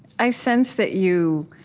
i sense that you